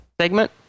segment